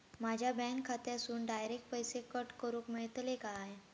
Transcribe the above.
माझ्या बँक खात्यासून डायरेक्ट पैसे कट करूक मेलतले काय?